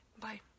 Bye